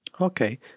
Okay